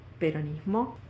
Peronismo